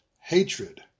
hatred